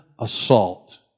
assault